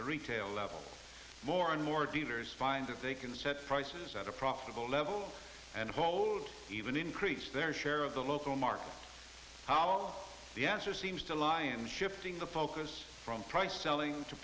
the retail level more and more dealers find if they can set prices at a profitable level and hold even increase their share of the local market all the answer seems to lie in shifting the focus from price selling to